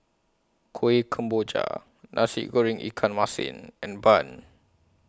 Kuih Kemboja Nasi Goreng Ikan Masin and Bun